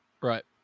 Right